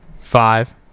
five